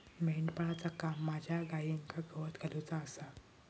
मेंढपाळाचा काम माझ्या गाईंका गवत घालुचा आसा